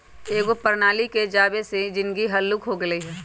एकेगो प्रणाली के आबे से जीनगी हल्लुक हो गेल हइ